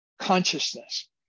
consciousness